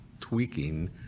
tweaking